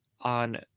on